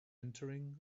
entering